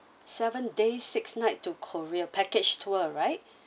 seven days six nights to korea package tour right